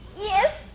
Yes